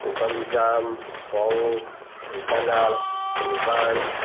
Ganjam Boudh Dhenkanal Phulbani